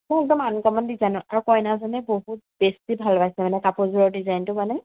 মোক একদম আনকমন ডিজাইনত আৰু কইনাজনী বহুত বেছি ভাল পাইছে মানে কাপোৰযোৰৰ ডিজাইনটো মানে